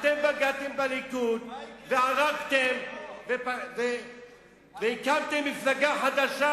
הלוא אתם בגדתם בליכוד וערקתם והקמתם מפלגה חדשה,